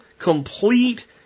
Complete